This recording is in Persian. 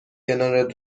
کنارت